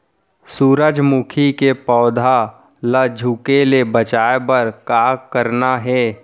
सूरजमुखी के पौधा ला झुके ले बचाए बर का करना हे?